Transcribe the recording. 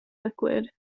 liquid